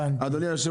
הבנתי.